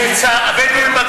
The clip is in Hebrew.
אני רוצה להגיד לך,